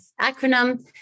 acronym